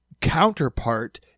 counterpart